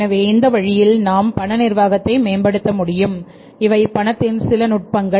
எனவே இந்த வழியில் நாம் பண நிர்வாகத்தை மேம்படுத்த முடியும் இவை பணத்தின் சில நுட்பங்கள்